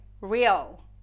real